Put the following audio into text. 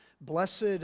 Blessed